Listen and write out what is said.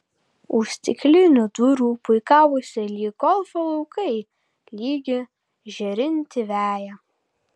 už stiklinių durų puikavosi lyg golfo laukai lygi žėrinti veja